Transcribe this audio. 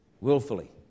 Willfully